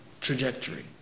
trajectory